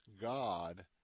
God